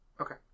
Okay